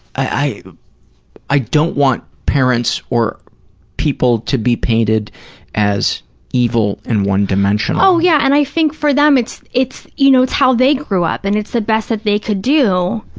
i i don't want parents or people to be painted as evil and one-dimensional. oh, yeah, and i think for them it's, you know, it's how they grew up and it's the best that they could do,